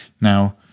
Now